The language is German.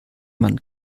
man